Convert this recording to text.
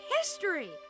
history